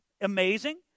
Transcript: amazing